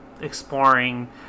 exploring